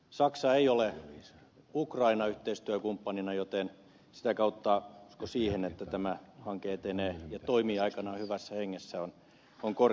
saksa ei ole ukraina yhteistyökumppanina joten sitä kautta uskon siihen että tämä hanke etenee ja toimii aikanaan hyvässä hengessä on korkeammalla